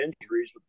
injuries